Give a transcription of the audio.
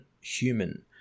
human